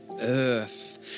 Earth